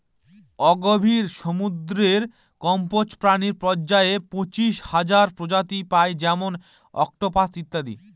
অগভীর সমুদ্রের কম্বজ প্রাণী পর্যায়ে পঁচাশি হাজার প্রজাতি পাই যেমন অক্টোপাস ইত্যাদি